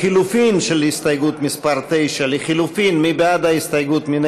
לחלופין של הסתייגות מס' 9, מי בעד ההסתייגות?